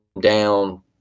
down